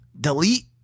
Delete